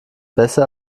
besser